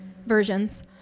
versions